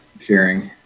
sharing